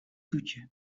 toetje